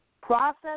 process